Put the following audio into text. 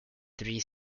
three